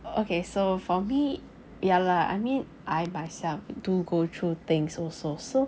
okay so for me ya lah I mean I myself do go through things also so